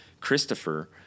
Christopher